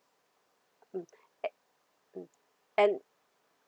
mm at mm and